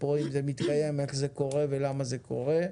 ואם זה מתקיים אז איך זה קורה ולמה זה קורה,